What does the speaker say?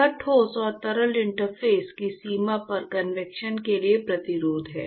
यह ठोस और तरल इंटरफेस की सीमा पर कन्वेक्शन के लिए प्रतिरोध है